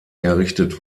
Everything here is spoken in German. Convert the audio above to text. errichtet